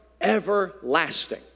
everlasting